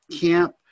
camp